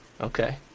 Okay